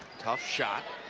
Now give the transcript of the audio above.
tough shot